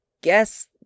guess